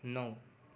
नौ